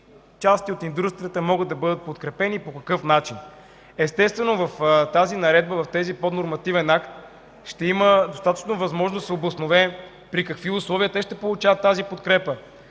части от индустрията могат да бъдат подкрепени и по какъв начин. Естествено, в тази наредба, в този поднормативен акт ще има достатъчно възможност да се обоснове при какви условия те ще получават тази подкрепа,